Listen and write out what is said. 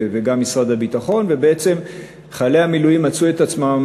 וגם משרד הביטחון ובעצם חיילי המילואים מצאו את עצמם